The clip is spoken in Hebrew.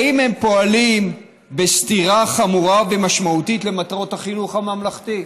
האם הם פועלים בסתירה חמורה ומשמעותית למטרות החינוך הממלכתי?